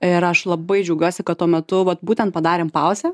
ir aš labai džiaugiuosi kad tuo metu vat būtent padarėm pauzę